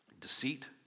deceit